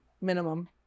minimum